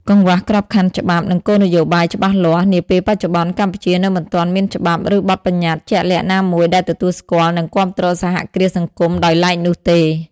កង្វះក្របខ័ណ្ឌច្បាប់ និងគោលនយោបាយច្បាស់លាស់ នាពេលបច្ចុប្បន្នកម្ពុជានៅមិនទាន់មានច្បាប់ ឬបទប្បញ្ញត្តិជាក់លាក់ណាមួយដែលទទួលស្គាល់ និងគាំទ្រសហគ្រាសសង្គមដោយឡែកនោះទេ ។